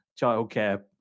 childcare